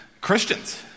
Christians